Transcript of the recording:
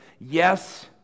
yes